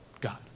God